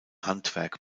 handwerk